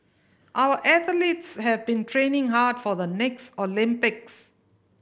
our athletes have been training hard for the next Olympics